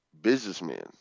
businessmen